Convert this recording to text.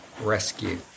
rescue